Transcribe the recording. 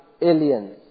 aliens